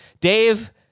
Dave